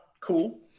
Cool